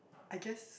I guess